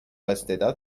استعداد